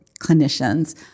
clinicians